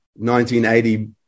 1980